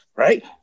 Right